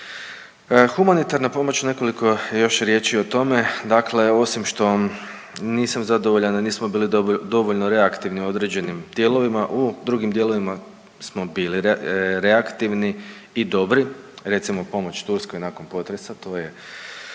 Humanitarna pomoć, nekoliko još riječi o tome. Dakle, osim što nisam zadovoljan jer nismo bili dovoljno reaktivni u određenim dijelovima, u drugim dijelovima smo bili reaktivni i dobri. Recimo pomoć Turskoj nakon potresa, to je,